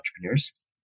entrepreneurs